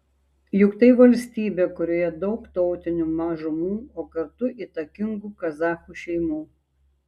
juk tai valstybė kurioje daug tautinių mažumų o kartu įtakingų kazachų šeimų